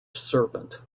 serpent